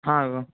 हां